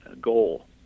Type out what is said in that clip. goal